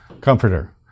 Comforter